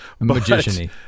Magiciany